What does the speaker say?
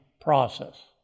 process